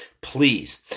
please